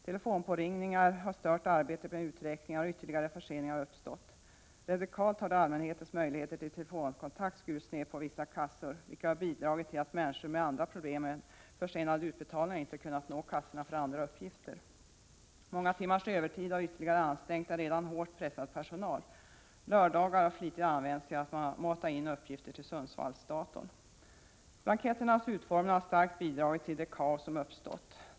Telefonpåringningar har stört arbetet med uträkningar, och ytterligare förseningar har uppstått. Radikalt har då allmänhetens möjligheter till telefonkontakt skurits ner på vissa kassor, vilket har bidragit till att människor med andra problem än försenade utbetalningar inte har kunnat nå kassorna för andra uppgifter. Många timmars övertid har ytterligare ansträngt en redan hårt pressad personal. Lördagar har flitigt använts till att mata in uppgifter till Sundsvallsdatorn. Blanketternas utformning har starkt bidragit till det kaos som uppstått.